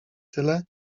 tyle